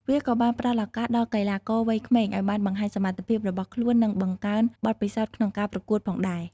វាក៏បានផ្តល់ឱកាសដល់កីឡាករវ័យក្មេងឲ្យបានបង្ហាញសមត្ថភាពរបស់ខ្លួននិងបង្កើនបទពិសោធន៍ក្នុងការប្រកួតផងដែរ។